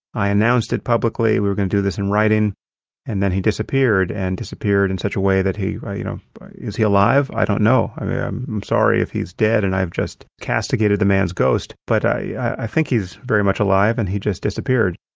i announced it publicly. we were going to do this in writing and then he disappeared disappeared and disappeared in such a way that he you know is he alive? i don't know. i'm sorry if he's dead and i've just castigated the man's ghost, but i think he's very much alive and he just disappeared.